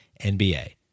NBA